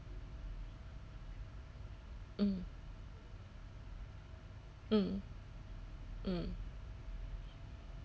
mm mm mm